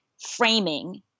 framing